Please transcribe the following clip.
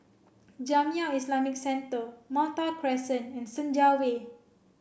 Jamiyah Islamic Centre Malta Crescent and Senja Way